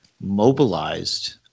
mobilized